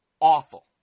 awful